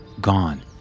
gone